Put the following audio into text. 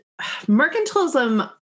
mercantilism